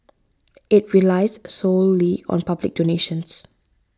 it relies solely on public donations